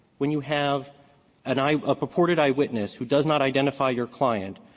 when you have an eye a purported eyewitness who does not identify your client,